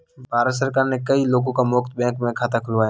भाजपा सरकार ने कई लोगों का मुफ्त में बैंक खाता खुलवाया